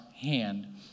hand